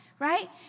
Right